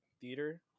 theater